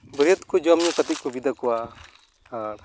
ᱵᱟᱹᱨᱭᱟᱹᱛ ᱠᱚ ᱡᱚᱢ ᱧᱩ ᱠᱟᱛᱮᱫ ᱠᱚ ᱵᱤᱫᱟᱹᱭ ᱠᱚᱣᱟ ᱟᱨ